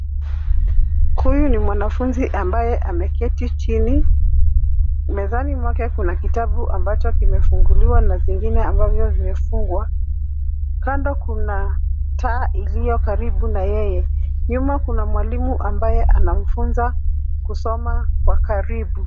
Huyu ni mwanafunzi ambaye ameketi chini. Mezani mwake kuna kitabu ambacho kimefunguliwa na zingine ambavyo vimefungwa. Kando kuna taa iliyo karibu na yeye. Nyuma kuna mwalimu ambaye anamfunza kusoma kwa karibu.